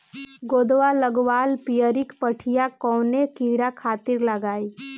गोदवा लगवाल पियरकि पठिया कवने कीड़ा खातिर लगाई?